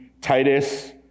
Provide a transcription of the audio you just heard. Titus